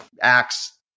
acts